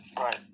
right